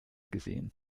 gesehen